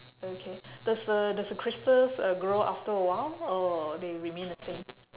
okay does the does the crystals uh grow after a while or they remain the same